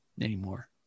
anymore